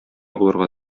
булырга